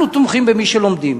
אנחנו תומכים במי שלומדים.